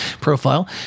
profile